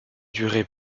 duré